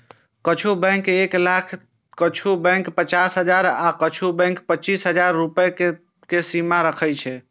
किछु बैंक एक लाख तं किछु बैंक पचास हजार आ किछु बैंक पच्चीस हजार रुपैया के सीमा राखै छै